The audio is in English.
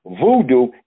voodoo